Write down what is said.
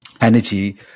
energy